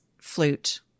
flute